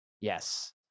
Yes